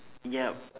yup